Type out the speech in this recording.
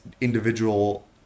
individual